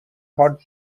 hot